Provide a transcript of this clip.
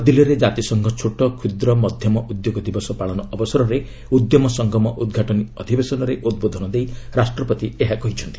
ନ୍ତଆଦିଲ୍ଲୀରେ ଜାତିସଂଘ ଛୋଟ କ୍ଷୁଦ୍ର ମଧ୍ୟମ ଉଦ୍ୟୋଗ ଦିବସ ପାଳନ ଅବସରରେ ଉଦ୍ୟମ ସଙ୍ଗମ ଉଦ୍ଘାଟନୀ ଅଧିବେଶନରେ ଉଦ୍ବୋଧନ ଦେଇ ରାଷ୍ଟ୍ରପତି ଏହା କହିଛନ୍ତି